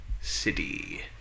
City